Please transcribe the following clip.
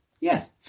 Yes